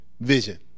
vision